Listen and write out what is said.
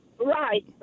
right